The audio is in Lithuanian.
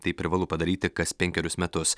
tai privalu padaryti kas penkerius metus